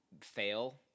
fail